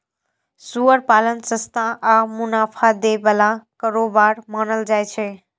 सुअर पालन सस्ता आ मुनाफा दै बला कारोबार मानल जाइ छै